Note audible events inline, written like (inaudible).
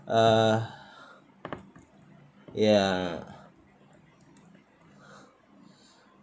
uh (breath) ya